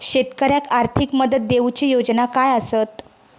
शेतकऱ्याक आर्थिक मदत देऊची योजना काय आसत?